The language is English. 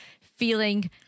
feeling